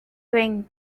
wing